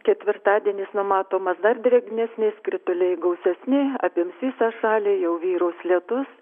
ketvirtadienis numatomas dar drėgnesnis krituliai gausesni apims visą šalį jau vyraus lietus